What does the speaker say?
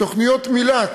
תוכניות מיל"ת,